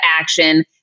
action